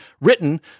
written